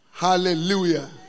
Hallelujah